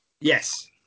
Yes